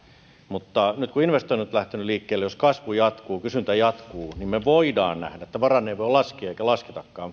mutta nyt kun investoinnit ovat lähteneet liikkeelle niin jos kasvu jatkuu kysyntä jatkuu me voimme nähdä tämän varaan ei voi laskea eikä lasketakaan